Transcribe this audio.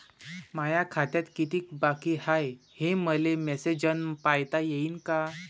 माया खात्यात कितीक बाकी हाय, हे मले मेसेजन पायता येईन का?